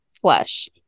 flesh